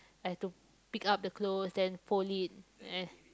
I have to pick up the clothes then fold it !eh!